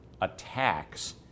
attacks